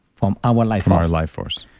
from our life our life force.